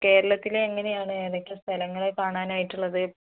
കേരളത്തിൽ എങ്ങനെയാണ് ഏതൊക്കെ സ്ഥലങ്ങളാണ് കാണാനായിട്ടുള്ളത്